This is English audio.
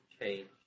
change